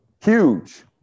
Huge